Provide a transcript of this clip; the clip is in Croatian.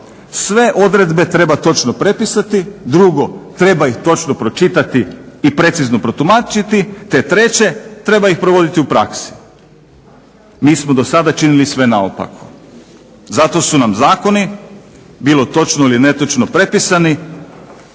sve odredbe treba točno prepisati. Drugo, treba ih točno pročitati i precizno protumačiti, te treće treba ih provoditi u praksi. Mi smo do sada činili sve naopako. Zato su nam zakoni bilo točno ili netočno prepisani